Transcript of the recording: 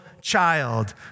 child